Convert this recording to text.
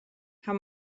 how